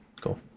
Cool